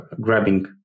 grabbing